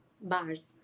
bars